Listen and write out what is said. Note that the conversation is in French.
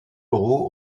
roux